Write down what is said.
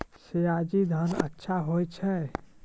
सयाजी धान अच्छा होय छै?